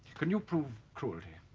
can you prove cruelty